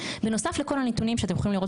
בנוסף לכל הנתונים שאתם יכולים לראות